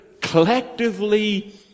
collectively